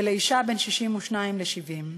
ולאישה, בין 62 ל-70,